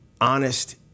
honest